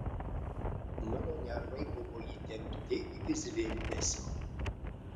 mano nervai buvo įtempti iki zvimbesio